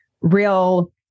real